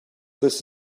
this